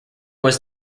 was